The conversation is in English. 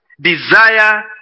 desire